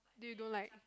you don't like